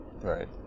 Right